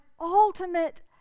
ultimate